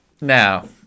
now